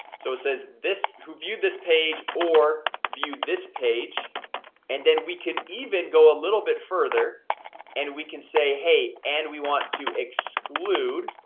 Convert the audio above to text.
so it says this who viewed this page or viewed this page and then we can even go a little bit further and we can say hey and we want to exclude